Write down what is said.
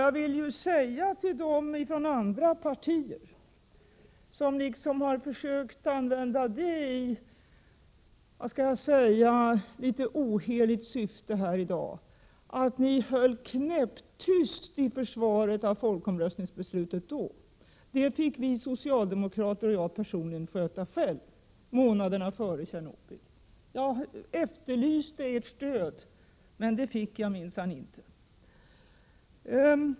Jag vill påminna er i andra partier som har försökt använda det i ett litet oheligt syfte i dag, att ni då höll knäpp tyst i försvaret av folkomröstningsbeslutet. Det fick vi socialdemokrater och jag personligen sköta själva månaden före Tjernobyl. Jag efterlyste ert stöd, men det fick jag minsann inte.